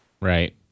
Right